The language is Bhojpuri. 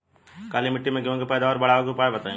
काली मिट्टी में गेहूँ के पैदावार बढ़ावे के उपाय बताई?